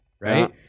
right